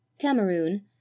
Cameroon